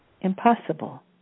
impossible